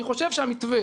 אני חושב שהמתווה